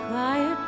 Quiet